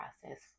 process